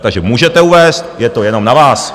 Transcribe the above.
Takže to můžete uvést, je to jenom na vás.